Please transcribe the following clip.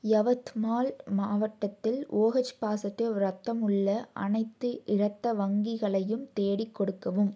யவத்மால் மாவட்டத்தில் ஓஹெச் பாசிட்டிவ் ரத்தம் உள்ள அனைத்து இரத்த வங்கிகளையும் தேடிக் கொடுக்கவும்